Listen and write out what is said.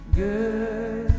good